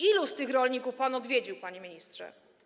Ilu z tych rolników pan odwiedził, panie ministrze?